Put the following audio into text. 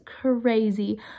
crazy